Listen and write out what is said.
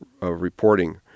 reporting